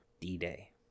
D-Day